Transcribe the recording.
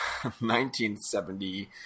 1970